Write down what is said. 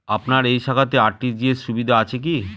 আপনার এই শাখাতে আর.টি.জি.এস সুবিধা আছে কি?